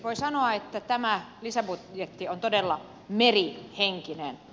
voi sanoa että tämä lisäbudjetti on todella merihenkinen